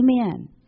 Amen